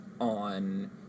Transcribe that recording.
on